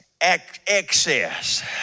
excess